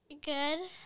Good